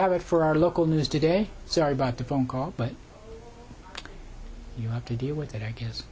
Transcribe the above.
have it for our local news today sorry about the phone call but you have to deal with it i guess